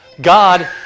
God